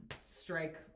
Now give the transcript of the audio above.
strike